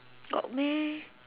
got meh